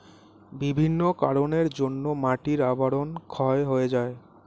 বিভিন্ন কারণের জন্যে মাটির আবরণ ক্ষয় হয়ে যায়